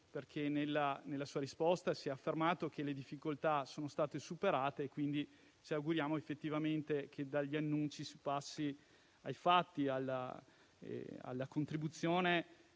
perché si è affermato che le difficoltà sono state superate, quindi ci auguriamo effettivamente che dagli annunci si passi ai fatti, alla contribuzione